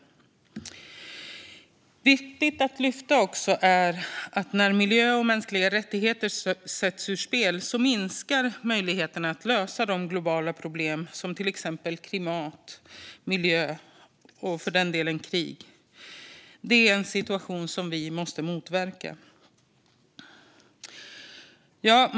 Det är också viktigt att lyfta fram att när miljö och mänskliga rättigheter sätts ur spel minskar möjligheterna att lösa de globala problemen med till exempel klimat och miljö och för den delen krig. Det är en situation som vi måste motverka.